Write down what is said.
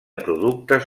productes